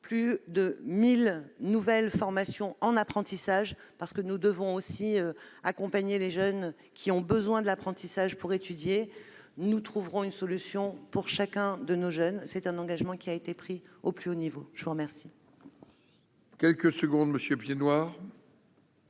plus de 1 000 nouvelles formations en apprentissage, parce que nous devons aussi accompagner les jeunes qui ont besoin de l'apprentissage pour étudier. Nous trouverons une solution pour chacun de nos jeunes ; cet engagement a été pris au plus haut niveau. La parole